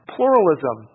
Pluralism